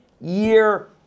year